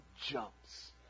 jumps